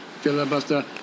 Filibuster